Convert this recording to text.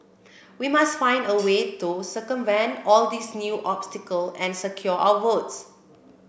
we must find a way to circumvent all these new obstacle and secure our votes